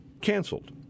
canceled